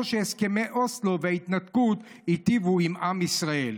שהסכמי אוסלו וההתנתקות היטיבו עם ישראל.